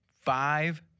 five